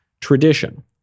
tradition